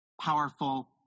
powerful